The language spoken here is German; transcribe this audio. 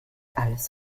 alles